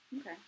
okay